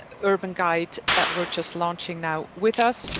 urban guide that we're just launching now with us,